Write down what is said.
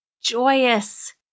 joyous